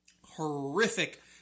horrific